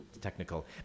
technical